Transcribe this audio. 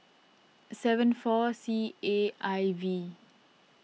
seven four C A I V